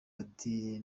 ati